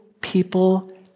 people